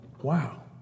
Wow